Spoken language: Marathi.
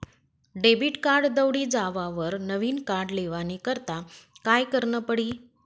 डेबिट कार्ड दवडी जावावर नविन कार्ड लेवानी करता काय करनं पडी?